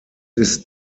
ist